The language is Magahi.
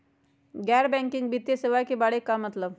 गैर बैंकिंग वित्तीय सेवाए के बारे का मतलब?